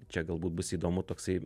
čia galbūt bus įdomu toksai